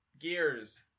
Gears